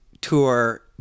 Tour